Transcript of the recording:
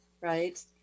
right